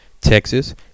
Texas